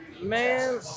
Man